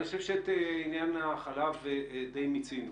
אני חושב שאת עניין החלב די מיצינו.